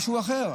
זה משהו אחר,